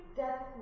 death